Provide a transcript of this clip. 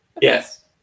yes